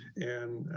and